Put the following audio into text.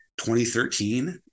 2013